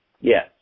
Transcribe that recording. Yes